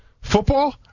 Football